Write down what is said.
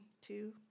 two